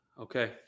Okay